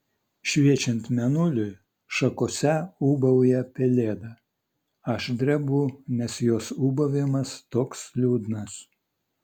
šviečiant mėnuliui šakose ūbauja pelėda aš drebu nes jos ūbavimas toks liūdnas